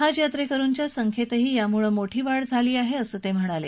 हज यात्रेकरूंच्या संख्येतही यामुळे मोठी वाढ झाली आहे असं ते म्हणाले